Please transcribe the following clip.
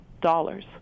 dollars